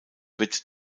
wird